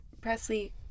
presley